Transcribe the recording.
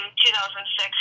2006